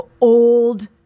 old